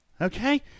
Okay